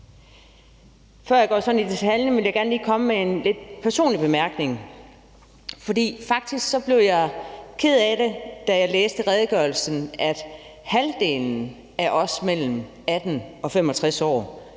Før jeg sådan går i detaljen, vil jeg gerne lige komme med en lidt personlig bemærkning. For jeg blev faktisk ked af det, da jeg i redegørelsen læste, at halvdelen af os mellem 18 og 65 år